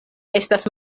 estas